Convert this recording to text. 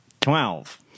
Twelve